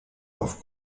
auf